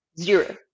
Zero